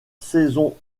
saison